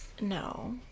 no